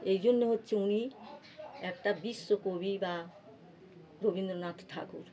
এই জন্য হচ্ছে উনি একটা বিশ্বকবি বা রবীন্দ্রনাথ ঠাকুর